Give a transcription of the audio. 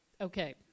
Okay